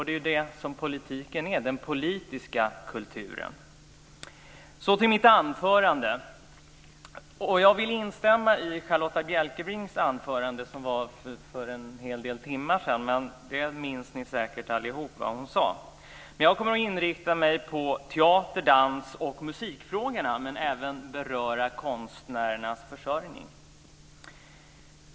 Det är det som är den politiska kulturen. Så till mitt anförande. Jag vill instämma i Charlotta Bjälkebrings anförande för en hel del timmar sedan, men ni minns säkert vad hon sade. Jag kommer att inrikta mig på teater-, dans och musikfrågorna och även beröra konstnärernas försörjning.